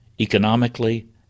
economically